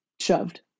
shoved